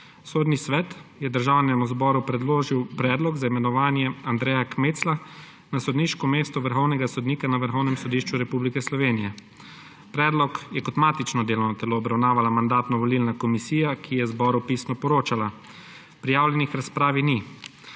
Sodni svet je Državnemu zboru predložil predlog za imenovanje Andreja Kmecla na sodniško mesto vrhovnega sodnika na Vrhovnem sodišču Republike Slovenije. Predlog je kot matično delovno telo obravnavala Mandatno-volilna komisija, ki je zboru pisno poročala. Prijavljenih k razpravi ni.